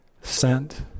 sent